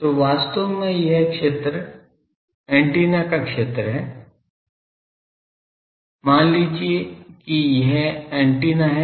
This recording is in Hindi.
तो वास्तव में यह क्षेत्र एंटीना का क्षेत्र है मान लीजिए कि यह एंटीना है